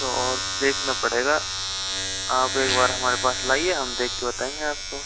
तो और देखना पड़ेगा आप एक बार हमारे पास लाइए हम देख के बताएंगे आपको